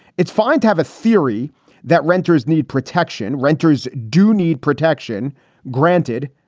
it's fine to have a theory that renters need protection. renters do need protection granted.